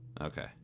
Okay